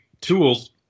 tools